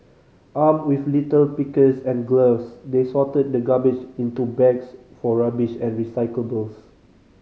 armed with litter pickers and gloves they sorted the garbage into bags for rubbish and recyclables